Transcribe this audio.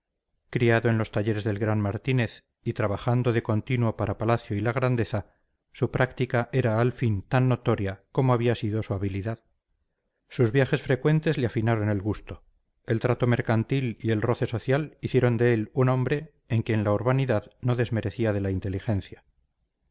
criado en los talleres del gran martínez y trabajando de continuo para palacio y la grandeza su práctica era al fin tan notoria como había sido su habilidad sus viajes frecuentes le afinaron el gusto el trato mercantil y el roce social hicieron de él un hombre en quien la urbanidad no desmerecía de la inteligencia